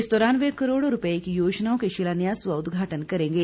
इस दौरान वे करोड़ों रूपये की योजनाओं के शिलान्यास व उद्घाटन करेंगे